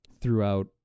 throughout